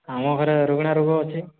ଆମ ଘରେ ରୋଗୀଣା ରୋଗ ଅଛି